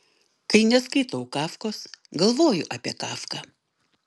kai neskaitau kafkos galvoju apie kafką